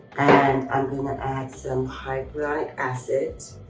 and i'm going to add some hyaluronic acid,